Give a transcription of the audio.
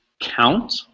count